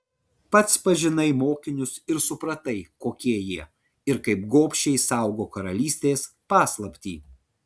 pats pažinai mokinius ir supratai kokie jie ir kaip gobšiai saugo karalystės paslaptį